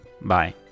Bye